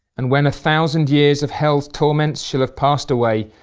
and when a thousand years of hell's torments shall have passed away,